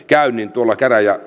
tuolla